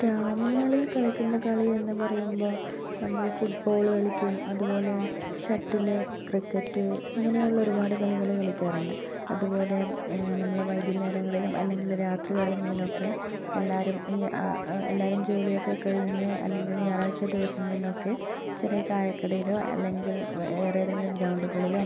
ഗ്രാമങ്ങളിൽ കളിക്കുന്ന കളി എന്ന് പറയുമ്പം നമ്മള് ഫുട്ബോള് കളിക്കും അതുപോലെ ഷട്ടില് ക്രിക്കറ്റ് ഇങ്ങനെയുള്ള ഒരുപാട് കളികള് കളിക്കാറുണ്ട് അതുപോലെ നമ്മള് വൈകുന്നേരങ്ങളിലും അല്ലെങ്കി രാത്രി കാലങ്ങളിലൊക്കെ എല്ലാരും ഈ എല്ലാവരും ജോലിയൊക്കെ കഴിഞ്ഞ് അല്ലെങ്കിൽ ഞായറാഴ്ച ദിവസങ്ങളിലൊക്കെ ചെറിയ ചയക്കടയിലോ അല്ലെങ്കിൽ വേറെ ഏതെങ്കിലും ഗ്രൗണ്ടുകളിലോ